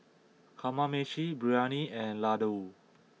Kamameshi Biryani and Ladoo